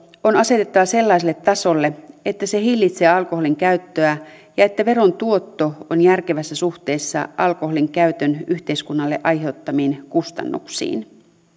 on asetettava sellaiselle tasolle että se hillitsee alkoholinkäyttöä ja että veron tuotto on järkevässä suhteessa alkoholinkäytön yhteiskunnalle aiheuttamiin kustannuksiin